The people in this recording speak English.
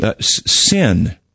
Sin